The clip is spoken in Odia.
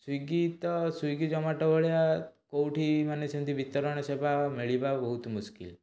ସ୍ଵିଗୀ ତ ସ୍ଵିଗୀ ଜୋମାଟୋ ଭଳିଆ କେଉଁଠି ମାନେ ସେମିତି ବିତରଣୀ ସେବା ମିଳିବା ବହୁତ ମୁସ୍କିଲ୍